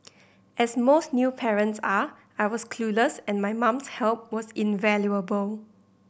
as most new parents are I was clueless and my mum's help was invaluable